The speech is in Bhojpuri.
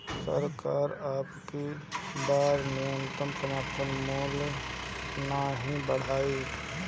सरकार अबकी बार न्यूनतम समर्थन मूल्य नाही बढ़ाई